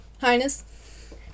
Highness